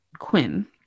Quinn